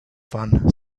fun